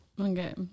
Okay